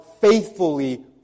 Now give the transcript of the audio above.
faithfully